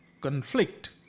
conflict